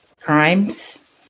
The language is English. Crimes